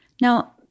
Now